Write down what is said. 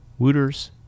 wooters